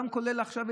גם כולל עכשיו,